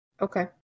Okay